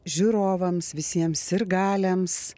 žiūrovams visiems sirgaliams